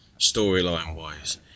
Storyline-wise